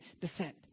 descent